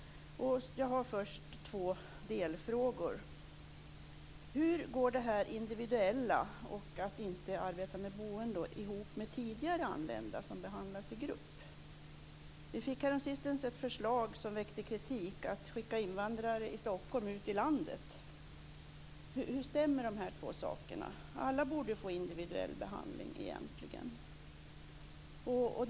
Jag har först två delfrågor. Hur går detta individuella och att inte arbeta med boende ihop med tidigare anlända som behandlas i grupp? Vi fick häromsistens ett förslag som väckte kritik, nämligen att skicka invandrare i Stockholm ut i landet. Hur stämmer dessa två saker överens? Alla borde ju få individuell behandling egentligen.